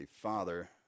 father